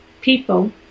people